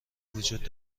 وجود